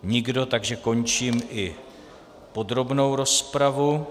Nikdo, takže končím i podrobnou rozpravu.